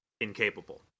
incapable